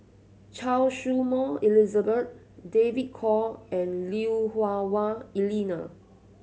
Choy Su Moi Elizabeth David Kwo and Lui Hah Wah Elena